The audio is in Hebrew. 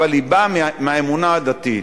אבל היא באה מהאמונה הדתית.